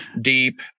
deep